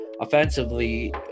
offensively